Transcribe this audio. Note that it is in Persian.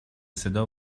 صدا